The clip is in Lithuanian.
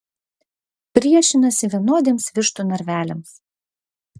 priešinasi vienodiems vištų narveliams